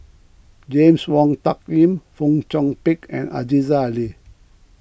James Wong Tuck Yim Fong Chong Pik and Aziza Ali